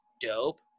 dope